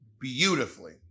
beautifully